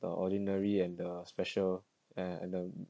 the ordinary and the special and and the